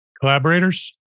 Collaborators